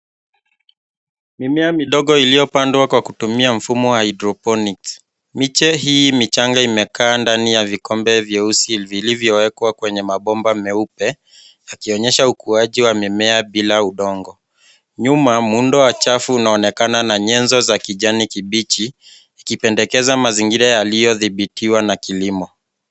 Mimea midogo iliyopandwa kwa kutumia mfumo wa hydroponics . Miche hii michanga imekaa ndani ya vikombe vyeusi vilivyowekwa kwenye mabomba meupe, yakionyesha ukuaji wa mimea bila udongo. Nyuma , muundo wa chafu unaonekana na nyenzo za kijani kibichi, ikipendekeza mazingira yaliyodhibitiwa na kilimo.